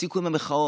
תפסיקו את המחאות.